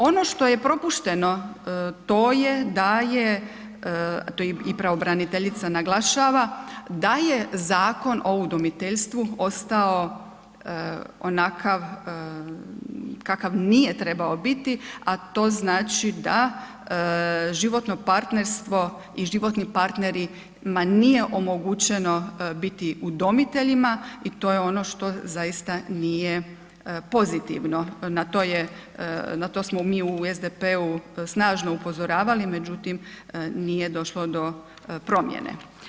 Ono što je propušteno to je da je, to i pravobraniteljica naglašava, da je Zakon o udomiteljstvu ostao onakav kakav nije trebao biti, a to znači da životno partnerstvo i životnim partnerima nije omogućeno biti udomiteljima i to je ono što zaista nije pozitivno, na to smo mi u SDP-u snažno upozoravali, međutim, nije došlo do promjene.